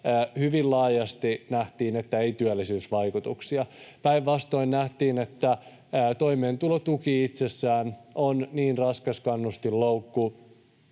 hyvin laajasti nähtiin, että ei ole työllisyysvaikutuksia. Päinvastoin nähtiin, että toimeentulotuki itsessään on niin raskas kannustinloukku,